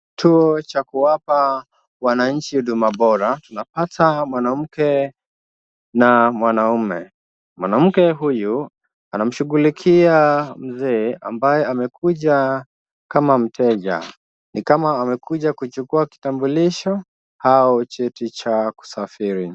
Kituo cha kuwapa wananchi huduma bora. Tunapata mwanamke na mwanaume. Mwanamke huyu anamshughulikia mzee ambaye amekuja kama mteja. Ni kama amekuja kuchukua kitambulisho au cheti cha kusafiri.